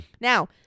Now